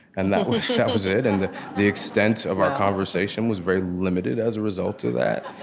and that was that was it and the the extent of our conversation was very limited, as a result of that.